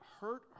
hurt